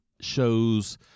shows